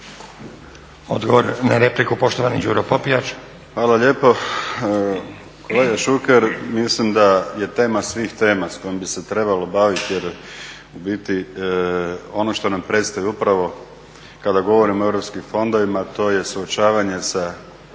Odgovor na repliku poštovani Đuro Popijač. **Popijač, Đuro (HDZ)** Hvala lijepo. Kolega Šuker mislim da je tema svih tema s kojom bi se trebalo baviti jer u biti ono što nam preostaje upravo kada govorimo o europskim fondovima to je suočavanje sa